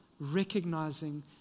recognizing